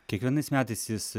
kiekvienais metais jis